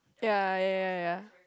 ya ya ya ya